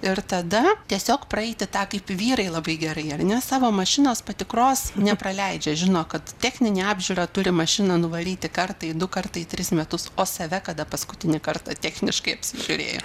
ir tada tiesiog praeiti tą kaip vyrai labai gerai ar ne savo mašinos patikros nepraleidžia žino kad techninę apžiūrą turi mašiną nuvaryti kartą du kartai į tris metus o save kada paskutinį kartą techniškai apsižiūrėjo